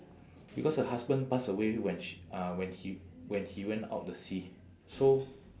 because her husband pass away when sh~ uh when he when he went out the sea so